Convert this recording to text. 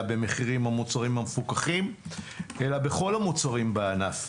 במחירי המוצרים המפוקחים אלא בכל המוצרים בענף.